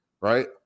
Right